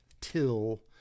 Till